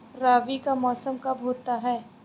रबी का मौसम कब होता हैं?